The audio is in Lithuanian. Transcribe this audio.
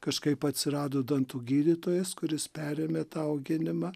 kažkaip atsirado dantų gydytojas kuris perėmė tą auginimą